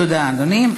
תודה, אדוני.